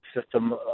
system